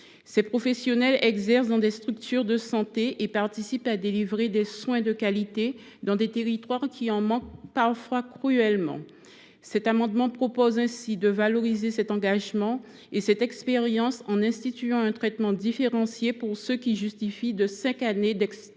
Ces professionnels exercent dans des structures de santé et contribuent à dispenser des soins de qualité dans des territoires qui en manquent parfois cruellement. Le présent amendement tend ainsi à valoriser cet engagement et cette expérience, en instituant un traitement différencié pour ceux qui justifient de cinq années d’exercice